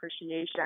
appreciation